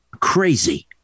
crazy